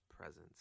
presence